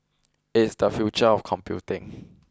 it is the future of computing